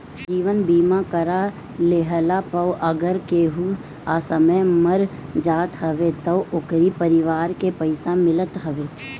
जीवन बीमा करा लेहला पअ अगर केहू असमय मर जात हवे तअ ओकरी परिवार के पइसा मिलत हवे